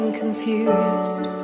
confused